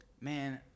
man